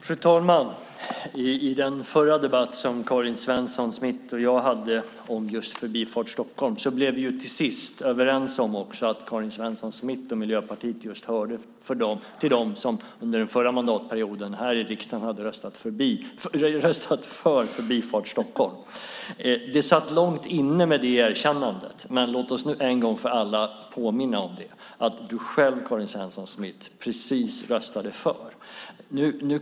Fru talman! I förra debatten som Karin Svensson Smith och jag hade om just Förbifart Stockholm blev vi till sist överens om att Karin Svensson Smith och Miljöpartiet hörde till dem som under den förra mandatperioden här i riksdagen hade röstat för Förbifart Stockholm. Det erkännandet satt långt inne, men låt oss nu en gång för alla påminna om att du själv, Karin Svensson Smith, röstade för den.